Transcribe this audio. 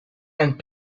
and